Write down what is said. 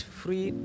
free